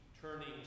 turning